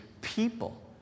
people